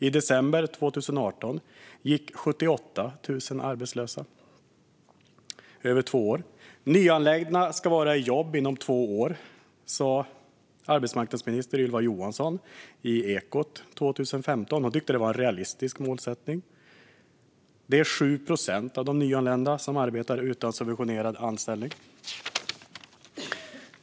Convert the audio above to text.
I december 2018 hade 78 000 gått arbetslösa i mer än två år. Nyanlända ska vara i jobb inom två år, sa arbetsmarknadsminister Ylva Johansson i Ekot 2015 - hon tyckte att det var en realistisk målsättning. Det är 7 procent av de nyanlända som arbetar utan subventionerad anställning.